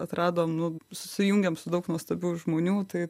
atradom nu susijungėm su daug nuostabių žmonių tai